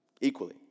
equally